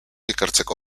ikertzeko